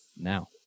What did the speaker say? now